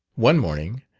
one morning,